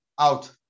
out